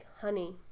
honey